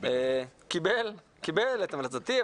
קיבל את המלצתי,